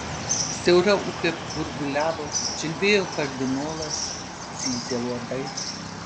siaura upė gurguliavo čiulbėjo kardinolas zyzė uodai